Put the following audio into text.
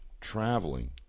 traveling